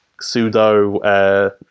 pseudo